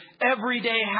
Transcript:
everyday